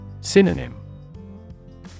Synonym